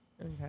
Okay